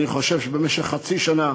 אני חושב שבמשך חצי שנה